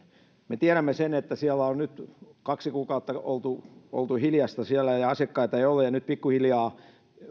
me tiedämme sen että siellä on nyt kaksi kuukautta ollut hiljaista ja ja asiakkaita ei ole ja nyt pikkuhiljaa